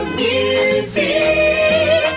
music